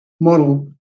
model